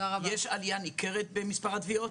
יש עלייה ניכרת במספר התביעות?